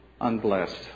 unblessed